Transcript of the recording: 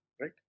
right